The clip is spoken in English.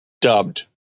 Dubbed